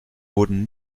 wurden